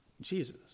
Jesus